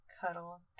cuddle